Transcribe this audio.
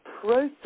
process